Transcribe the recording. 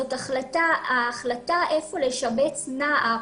ההחלטה איפה לשבץ נער,